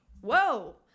Whoa